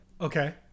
Okay